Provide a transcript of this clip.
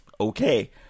okay